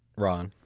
ron?